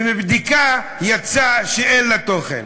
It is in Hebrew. ומבדיקה, יצא שאין לה תוכן.